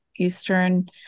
Eastern